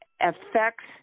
affects